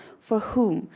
for whom?